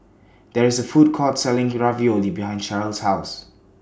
There IS A Food Court Selling Ravioli behind Cherryl's House